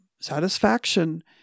satisfaction